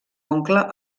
oncle